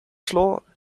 floor